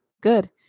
good